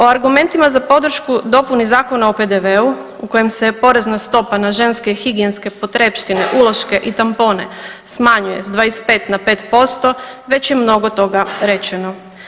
O argumentima za podršku dopuni Zakona o PDV-u u kojem se porezna stopa na ženske higijenske potrepštine, uloške i tampone smanjuje s 25 na 5% već je mnogo toga rečeno.